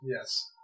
Yes